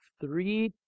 three